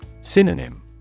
Synonym